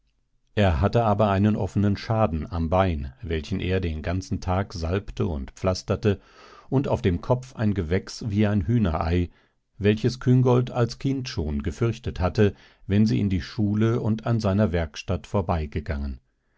er hatte aber einen offenen schaden am bein welchen er den ganzen tag salbte und pflasterte und auf dem kopf ein gewächs wie ein hühnerei welches küngolt als kind schon gefürchtet hatte wenn sie in die schule und an seiner werkstatt vorbeigegangen